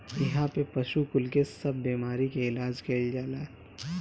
इहा पे पशु कुल के सब बेमारी के इलाज कईल जाला